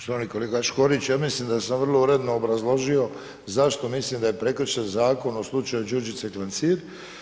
Štovani kolega Škorić, ja mislim da sam vrlo uredno obrazložio zašto mislim da je prekršen zakon u slučaju Đurđice Klancir.